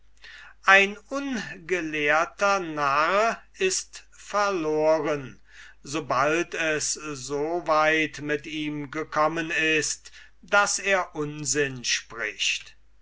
ein ungelehrter narr ist verloren so bald es so weit mit ihm gekommen ist daß er unsinn spricht